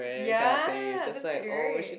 ya that's it right